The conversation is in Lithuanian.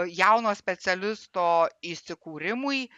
jauno specialisto įsikūrimui